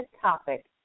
topic